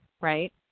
right